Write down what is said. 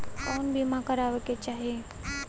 कउन बीमा करावें के चाही?